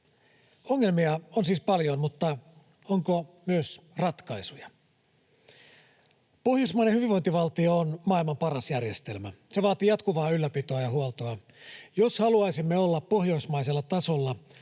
Ongelmia on siis paljon, mutta onko myös ratkaisuja? Pohjoismainen hyvinvointivaltio on maailman paras järjestelmä. Se vaatii jatkuvaa ylläpitoa ja huoltoa. Jos haluaisimme olla pohjoismaisella tasolla,